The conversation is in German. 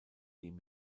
dem